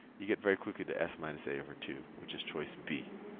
you get very quickly to s minus a over two, which is choice b.